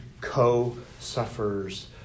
co-suffers